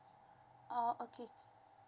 oh okay K